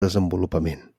desenvolupament